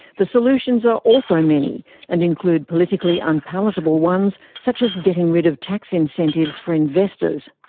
the solutions are also many and include politically unpalatable ones such as getting rid of tax incentives for investors.